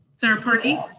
senator paradee?